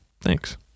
Thanks